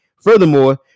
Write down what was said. Furthermore